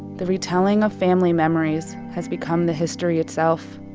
the retelling of family memories has become the history itself.